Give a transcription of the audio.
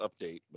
update